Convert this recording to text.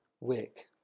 wick